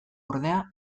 ordea